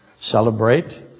celebrate